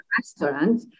restaurant